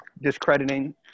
discrediting